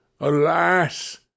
Alas